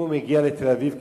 אם הוא מגיע לתל-אביב,